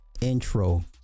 intro